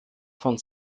von